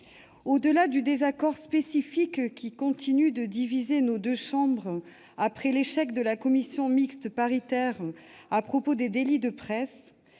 au-delà du désaccord spécifique qui continue de diviser nos deux chambres après l'échec de la commission mixte paritaire à propos des délits de presse,